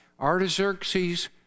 Artaxerxes